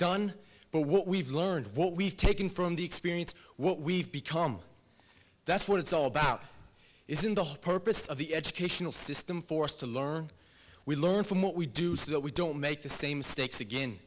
done but what we've learned what we've taken from the experience what we've become that's what it's all about isn't the whole purpose of the educational system for us to learn we learn from what we do so that we don't make the same stakes again